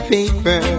Paper